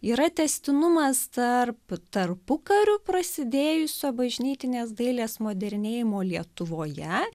yra tęstinumas tarp tarpukariu prasidėjusio bažnytinės dailės modernėjimo lietuvoje